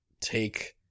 take